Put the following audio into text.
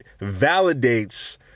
validates